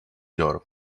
your